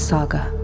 Saga